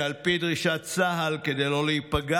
שעל פי דרישת צה"ל, כדי לא להיפגע,